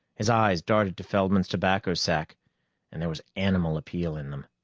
his eyes darted to feldman's tobacco sack and there was animal appeal in them.